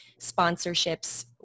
sponsorships